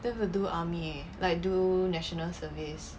don't have to do army like do national service